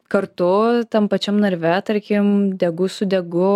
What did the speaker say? kartu tam pačiam narve tarkim degu su degu